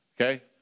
okay